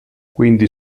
quindi